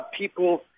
people